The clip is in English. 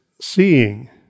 seeing